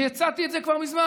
אני הצעתי את זה כבר מזמן,